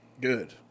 Good